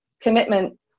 commitment